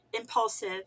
impulsive